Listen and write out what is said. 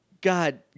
God